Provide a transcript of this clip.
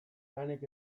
anek